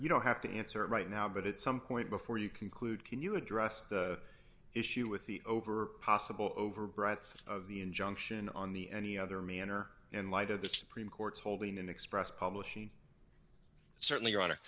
you don't have to answer right now but at some point before you conclude can you address the issue with the over possible over breath of the injunction on the any other manner in light of the supreme court's holding an express publishing certainly you